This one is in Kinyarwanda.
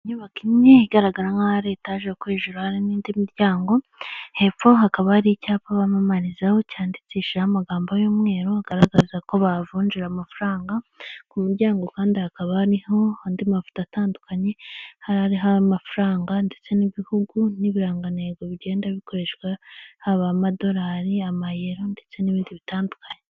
inyubako imwe igaragaramo hari etaje gukoreshaje uruhare n'indi miryango hepfo hakaba hari icyapa bamamarizaho cyandikishaho amagambo y'umweru agaragaza ko bavunjira amafaranga ku muryango kandi hakaba hariho andi mafoto atandukanye hariho amafaranga ndetse n'ibihugu n'ibirangantego bigenda bikoreshwa haba amadolari y' amayero ndetse n'ibindi bitandukanye.